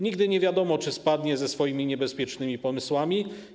Nigdy nie wiadomo, czy spadnie ze swoimi niebezpiecznymi pomysłami.